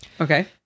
Okay